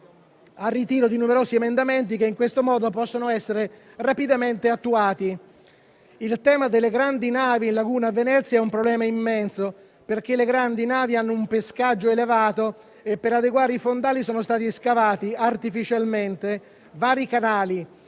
al ritiro di numerosi emendamenti), di modo che possano essere rapidamente attuati. Il tema delle grandi navi nella laguna di Venezia è un problema immenso, perché le grandi navi hanno un pescaggio elevato e per adeguare i fondali sono stati scavati artificialmente vari canali